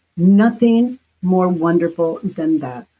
nothing more wonderful than that